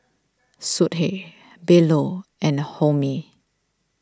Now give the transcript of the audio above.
Sudhir Bellur and Homi